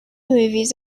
movies